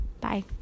bye